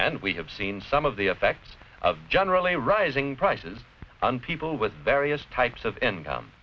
and we have seen some of the effects of generally rising prices on people with various types of income